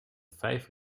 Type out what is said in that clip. vijf